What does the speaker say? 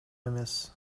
эмес